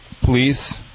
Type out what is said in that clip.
please